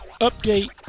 update